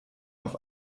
auf